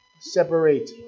separate